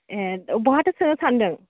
ए बहाथो सोनो सानदों